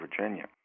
Virginia